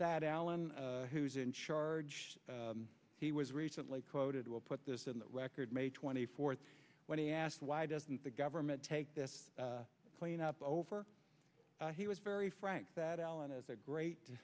that allen who's in charge he was recently quoted will put this in the record may twenty fourth when he asked why doesn't the government take this cleanup over he was very frank that alan is a great